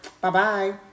Bye-bye